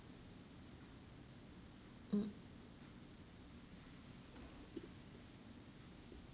mm